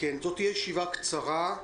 זאת תהיה ישיבה קצרה,